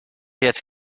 jetzt